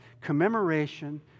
commemoration